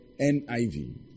NIV